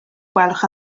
gwelwch